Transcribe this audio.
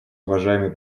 уважаемый